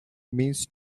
means